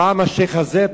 פעם השיח' הזה,